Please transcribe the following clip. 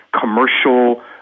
commercial